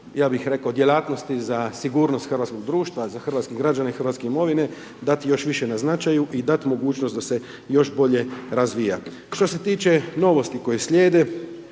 ja bih rekao, djelatnosti za sigurnost hrvatskog društva, za hrvatske građane hrvatske imovine, dati još više na značaju i dati mogućnost da se još bolje razvija. Što se tiče novosti koje slijede,